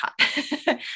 hot